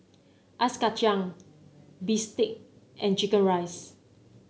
Ice Kachang Bistake and chicken rice